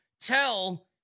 tell